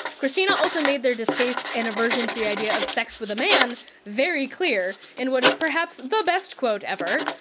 kristina also made their distaste and aversion to the idea of sex with a man very clear in what is perhaps the best quote ever.